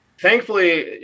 Thankfully